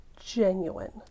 genuine